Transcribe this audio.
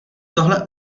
tohle